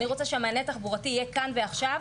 אני רוצה שהמענה התחבורה יהיה כאן ועכשיו,